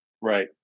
Right